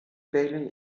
bailey